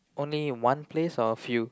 only one place or a few